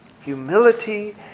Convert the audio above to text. humility